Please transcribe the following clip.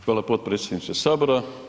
Hvala potpredsjedniče sabora.